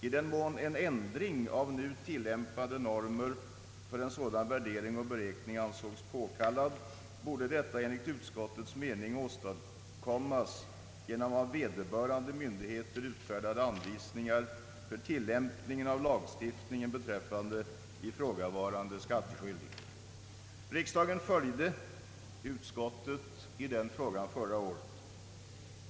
I den mån en ändring av nu tillämpade normer för sådan värdering och beräkning ansågs påkallad, borde detta enligt utskottets mening åstadkommas genom av vederbörande myndigheter utfärdade anvisningar för tillämpningen av lagstiftningen beträffande ifrågavarande skattskyldiga. Förra året följde riksdagen utskottet i denna fråga.